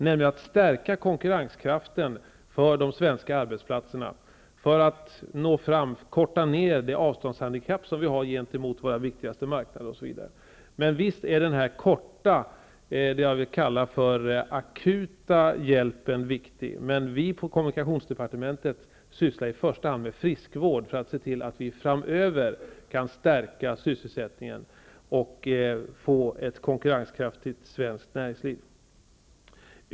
De skall stärka konkurrenskraften för de svenska arbetsplatserna, det avståndshandikapp som vi har gentemot våra viktigaste marknader, osv. Visst är den här kortsiktiga, det jag vill kalla den akuta, hjälpen viktig. Men vi på kommunikationsdepartementet sysslar i första hand med friskvård så att vi kan stärka sysselsättningen framöver och få ett konkurrenskraftigt svenskt näringsliv.